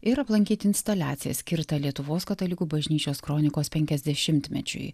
ir aplankyt instaliaciją skirtą lietuvos katalikų bažnyčios kronikos penkiasdešimtmečiui